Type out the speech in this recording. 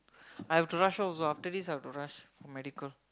I have to rush home also after this I have to rush for medical